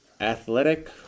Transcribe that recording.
athletic